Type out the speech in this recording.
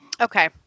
Okay